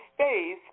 space